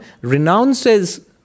renounces